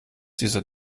dieser